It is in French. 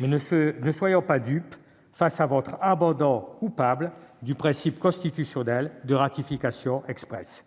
Mais ne soyons pas dupes face à votre abandon coupable du principe constitutionnel de ratification expresse. Mes chers collègues,